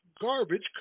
garbage